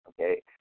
okay